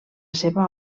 seva